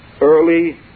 early